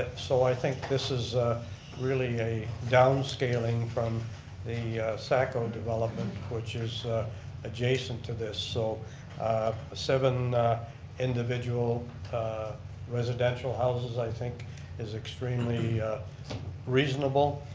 and so i think this is really a down scaling from the cycle development, which is adjacent to this. so seven individual residential houses i think is extremely reasonable.